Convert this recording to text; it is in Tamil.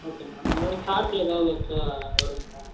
ஓகே மேடம் எதாவது சார்ஜ் எதாவது எக்ஸ்ட்ரா வருங்களா